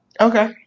Okay